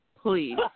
Please